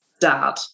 dad